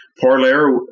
Parler